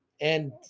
And-